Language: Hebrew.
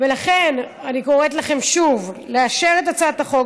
ולכן אני קוראת לכם שוב לאשר את הצעת החוק